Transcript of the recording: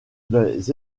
des